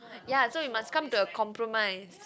ya so you must come to a compromise